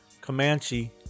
Comanche